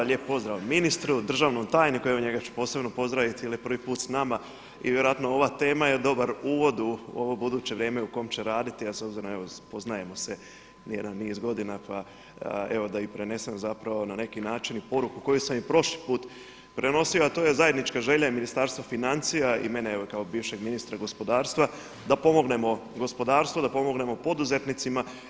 Lijep pozdrav ministru, državnom tajniku, evo njega ću posebno pozdraviti jer je prvi put s nama i vjerojatno ova tema je dobar uvod u ovo buduće vrijeme u kom će raditi, a s obzirom evo poznajemo se jedan niz godina pa evo da i prenesem zapravo na neki način i poruku koju sam i prošli put prenosio, a to je zajednička želja i Ministarstva financija i mene kao bivšeg ministra gospodarstva, da pomognemo gospodarstvu, da pomognemo poduzetnicima.